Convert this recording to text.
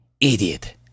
Idiot